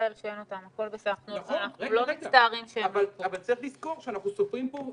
אבל צריך לזכור שאנחנו סופרים פה נדבקים.